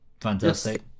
Fantastic